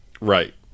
Right